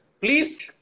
Please